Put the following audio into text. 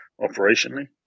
operationally